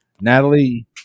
Natalie